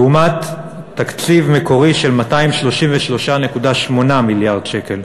לעומת תקציב מקורי של 233.8 מיליארד שקל.